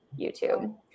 YouTube